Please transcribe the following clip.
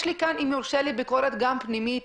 אם יורשה לי, יש לי גם ביקורת פנימית,